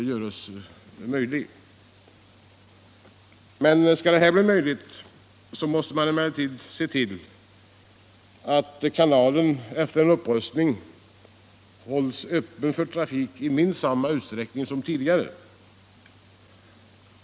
Skall detta bli möjligt måste man emellertid se till att kanalen efter en upprustning hålls öppen för trafik i minst samma utsträckning som tidigare.